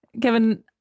Kevin